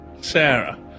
Sarah